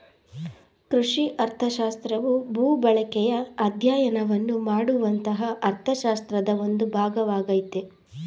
ಕೃಷಿ ಅರ್ಥಶಾಸ್ತ್ರವು ಭೂಬಳಕೆಯ ಅಧ್ಯಯನವನ್ನು ಮಾಡುವಂತಹ ಅರ್ಥಶಾಸ್ತ್ರದ ಒಂದು ಭಾಗವಾಗಯ್ತೆ